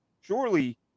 surely